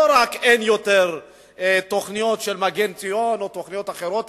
לא רק שאין יותר תוכניות של "מגן ציון" או תוכניות אחרות,